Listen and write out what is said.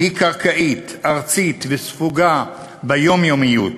היא קרקעית, ארצית וספוגה ביומיומיות.